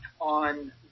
on